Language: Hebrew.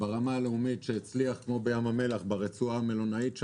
ברמה הלאומית שהצליח כמו ברצועת המלונות בים המלח.